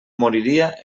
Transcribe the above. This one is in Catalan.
moriria